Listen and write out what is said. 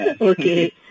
okay